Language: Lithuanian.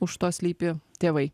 už to slypi tėvai